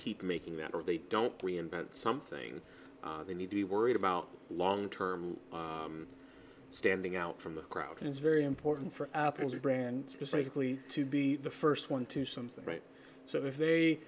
keep making them or they don't reinvent something they need to be worried about long term standing out from the crowd and it's very important for up and the brand is likely to be the first one to something right so if they